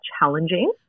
challenging